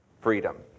freedom